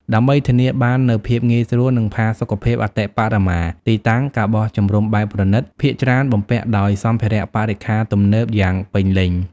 ដើម្បីធានាបាននូវភាពងាយស្រួល និងផាសុកភាពអតិបរមា ទីតាំង ការបោះជំរំបែបប្រណីត ភាគច្រើនបំពាក់ដោយ សម្ភារៈបរិក្ខារទំនើប យ៉ាងពេញលេញ។